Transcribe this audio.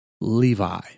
Levi